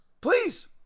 Please